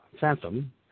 Phantom